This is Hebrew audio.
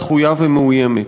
דחויה ומאוימת.